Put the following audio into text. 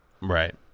Right